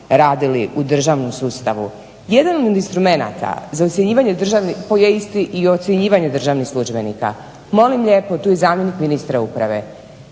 radili u državnom sustavu. Jedan od instrumenata koji je isti i ocjenjivanje državnih službenika, molim lijepo tu je zamjenik ministra uprave.